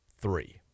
Three